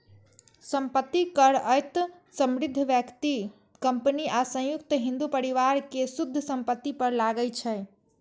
संपत्ति कर अति समृद्ध व्यक्ति, कंपनी आ संयुक्त हिंदू परिवार के शुद्ध संपत्ति पर लागै छै